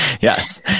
Yes